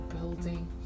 building